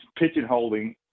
pigeonholing